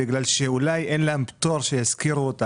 בגלל שאולי אין להם פטור כשישכירו אותה.